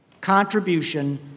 contribution